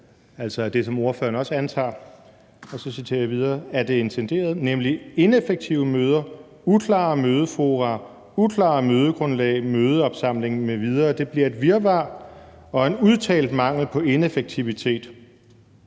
til det modsatte af det intenderede nemlig ineffektive møder, uklare mødefora, uklare mødegrundlag, mødeopsamling mv. Det bliver et virvar og en udtalt mangel på effektivitet.«